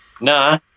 Nah